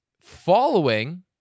following